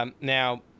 Now